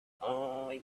only